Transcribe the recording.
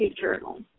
journal